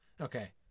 Okay